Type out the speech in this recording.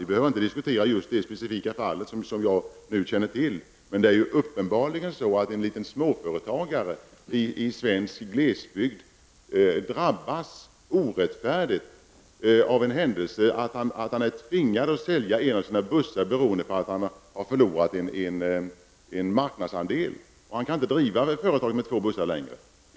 Vi behöver inte diskutera det speciella fall som jag känner till, men det är uppenbarligen så att en småföretagare i svensk glesbygd orättfärdigt drabbas av att han är tvingad att sälja en av sina bussar beroende på att han har förlorat en marknadsandel; han kan inte längre driva företaget med två bussar.